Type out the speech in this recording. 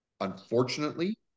unfortunately